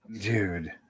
Dude